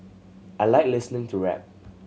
I like listening to rap